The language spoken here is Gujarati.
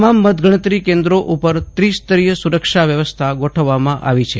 તમામ મતગણતરી કેન્દ્રો ઉપર ત્રિસ્તરીય સુરક્ષા વ્યવસ્થા ગોઠવવામાં આવી છે